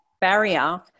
barrier